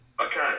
Okay